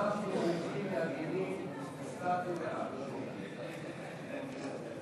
להעביר את הצעת חוק התפזרות הכנסת התשע-עשרה,